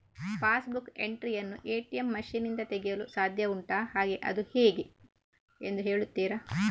Pass book entry ಯನ್ನು ATM machine ನಿಂದ ತೆಗೆಯಲು ಸಾಧ್ಯ ಉಂಟಾ ಹಾಗೆ ಅದು ಹೇಗೆ ಎಂದು ಹೇಳುತ್ತೀರಾ?